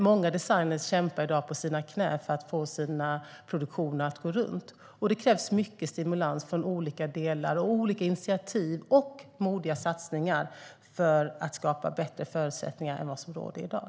Många designer kämpar i dag på sina knän för att få sina produktioner att gå runt. Det krävs mycket stimulans från olika delar, olika initiativ och modiga satsningar för att skapa bättre förutsättningar än vad som råder i dag.